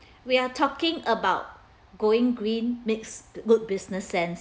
we're talking about going green makes good business sense